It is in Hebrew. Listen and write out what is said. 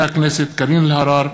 הכנסת קארין אלהרר,